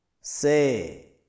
Say